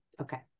okay